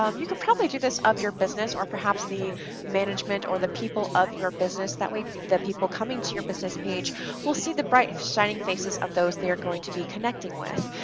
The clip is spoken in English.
um you could probably do this of your business or perhaps the management or the people of your business that way the people coming to your business page will see the bright shining faces of those they are going to be connecting with.